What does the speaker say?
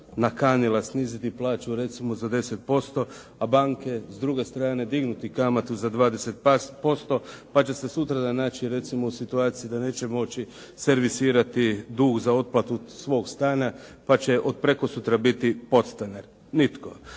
nakanila sniziti plaću recimo za 10%, a banke s druge strane dignuti kamatu za 20% pa će se sutradan naći recimo u situaciji da neće moći servisirati dug za otplatu svog stana pa će od prekosutra biti podstanari? Nitko.